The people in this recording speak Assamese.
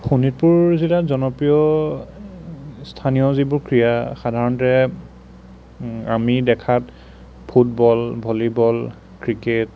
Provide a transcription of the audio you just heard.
শোণিতপুৰ জিলাত জনপ্ৰিয় স্থানীয় যিবোৰ ক্ৰীড়া সাধাৰণতে আমি দেখাত ফুটবল ভলীবল ক্ৰিকেট